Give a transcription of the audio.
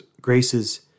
graces